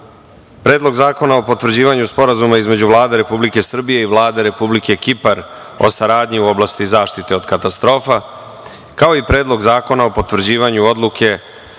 Predlog zakona o potvrđivanju Sporazuma između Vlade Republike Srbije i Vlade Republike Kipar o saradnji u oblasti zaštite od katastrofa, kao i Predlog zakona o potvrđivanju Odluke